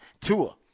Tua